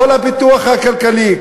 כל הפיתוח הכלכלי,